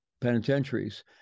penitentiaries